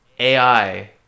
AI